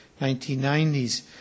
1990s